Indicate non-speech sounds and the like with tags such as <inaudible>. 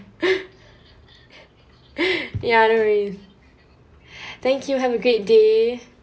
<laughs> ya no worries thank you have a great day